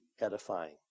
edifying